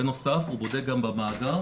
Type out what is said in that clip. בנוסף הוא בודק גם במאגר,